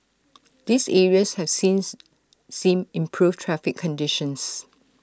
these areas have since seen improved traffic conditions